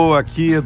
aqui